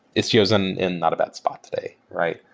istio is and in not a bad spot today, right?